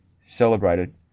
celebrated